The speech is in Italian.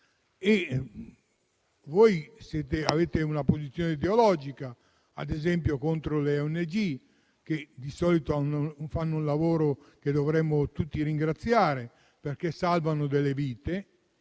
Voi avete una posizione ideologica ad esempio contro le ONG, che di solito fanno un lavoro che dovremmo tutti ringraziare, perché salvano delle vite,